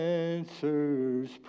answers